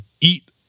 eat